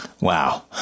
Wow